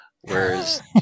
whereas